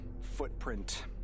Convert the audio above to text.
footprint